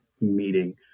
meeting